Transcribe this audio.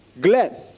glad